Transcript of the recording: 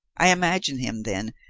i imagine him, then,